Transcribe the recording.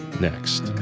next